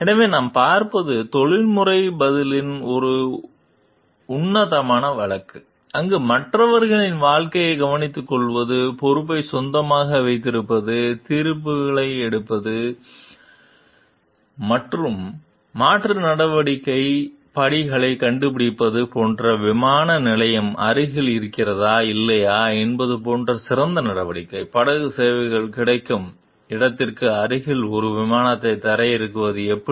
எனவே நாம் பார்ப்பது தொழில்முறை பதிலின் ஒரு உன்னதமான வழக்கு அங்கு மற்றவர்களின் வாழ்க்கையை கவனித்துக்கொள்வது பொறுப்பை சொந்தமாக வைத்திருப்பது தீர்ப்புகளை எடுப்பது மாற்று நடவடிக்கை படிப்புகளைக் கண்டுபிடிப்பது போன்ற விமான நிலையம் அருகில் இருக்கிறதா இல்லையா என்பது போன்ற சிறந்த நடவடிக்கை படகு சேவைகள் கிடைக்கும் இடத்திற்கு அருகில் ஒரு விமானத்தை தரையிறக்குவது எப்படி